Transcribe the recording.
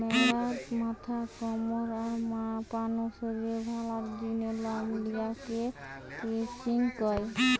ম্যাড়ার মাথা, কমর, আর পা নু শরীরের ভালার জিনে লম লিয়া কে ক্রচিং কয়